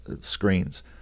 screens